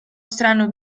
strano